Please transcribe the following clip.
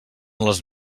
les